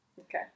Okay